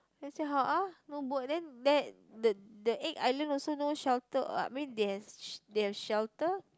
I say how uh no boat then then the the egg island also no shelter uh I mean they has they have shelter